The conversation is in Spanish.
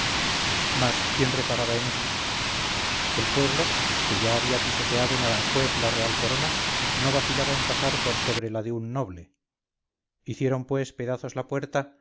mas quién reparaba en esto el pueblo que ya había pisoteado en aranjuez la real corona no vacilaba en pasar por sobre la de un noble hicieron pues pedazos la puerta